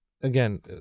again